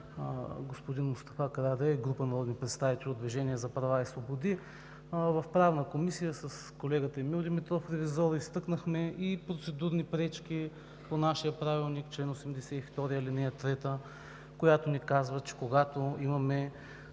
господин Мустафа Карадайъ и група народни представители от „Движение за права и свободи“. В Правната комисия с колегата Емил Димитров – Ревизоро, изтъкнахме и процедурни пречки по нашия Правилник – чл. 82, ал. 3, която ни казва, че когато имаме